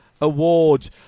Award